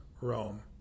Rome